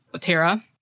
Tara